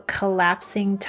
collapsing